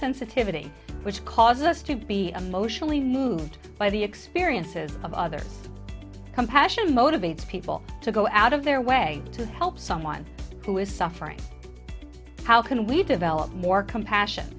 sensitivity which causes us to be a motional by the experiences of other compassion motivates people to go out of their way to help someone who is suffering how can we develop more compassion